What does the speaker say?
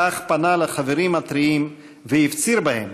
כך פנה אל החברים הטריים, והפציר בהם: